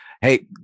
Hey